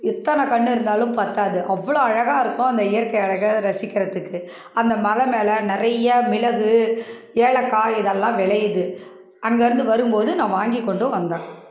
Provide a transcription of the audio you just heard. எத்தனை கண் இருந்தாலும் பத்தாது அவ்வளோ அழகாக இருக்கும் அந்த இயற்கை அழகை ரசிக்கிறத்துக்கு அந்த மலை மேலே நிறைய மிளகு ஏலக்காய் இதெல்லாம் விளையிது அங்கேருந்து வரும்போது நான் வாங்கி கொண்டும் வந்தேன்